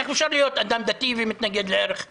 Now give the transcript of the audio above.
איך אפשר להיות אדם דתי ולהתנגד לערך השוויון?